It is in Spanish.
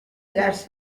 las